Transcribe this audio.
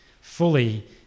fully